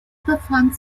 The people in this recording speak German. befand